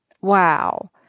Wow